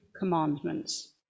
commandments